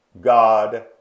God